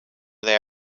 they